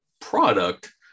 product